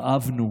כאבנו,